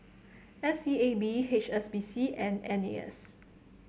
S E A B H S B C and N A S